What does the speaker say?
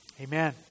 Amen